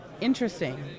Interesting